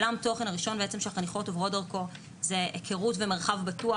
עולם התוכן הראשון שהחניכים עוברים דרכם זה היכרות ומרחב בטוח.